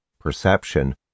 perception